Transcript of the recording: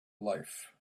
life